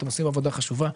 אתם עושים עבודה חשובה,